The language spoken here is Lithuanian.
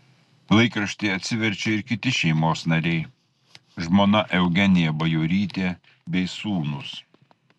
laikraštį atsiverčia ir kiti šeimos nariai žmona eugenija bajorytė bei sūnūs